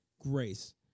grace